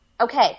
Okay